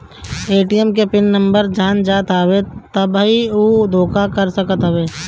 ATM के pin number जान जात हवे तब उ धोखा कर सकत हवे